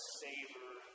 savor